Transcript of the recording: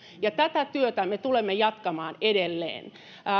tätä työtä me tulemme jatkamaan edelleen